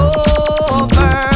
over